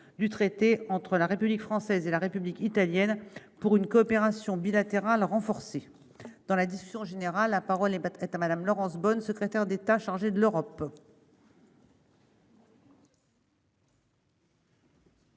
du traité entre la République française et la République italienne pour une coopération bilatérale renforcée dans la discussion générale, la parole est est à Madame Laurence Boone, secrétaire d'État chargé de l'Europe.